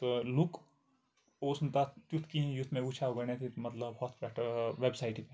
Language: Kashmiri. تہٕ لُک اوس نہٕ تَتھ تیُٚتھ کِہیٖنۍ یُتھ مےٚ وٕچھاو گۄڈٕنٮ۪تھ ییٚتہِ مطلب ہوٚتھ پٮ۪ٹھ وٮ۪بسایٹہِ پٮ۪ٹھ